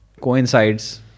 coincides